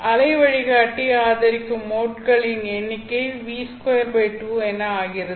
அலை வழிகாட்டி ஆதரிக்கும் மோட்களின் எண்ணிக்கை V22 என ஆகிறது